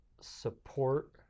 support